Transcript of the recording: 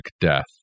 death